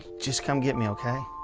just come get me, okay?